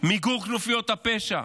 מיגור כנופיות הפשע,